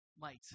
light